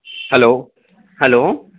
hello hello